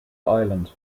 island